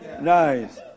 Nice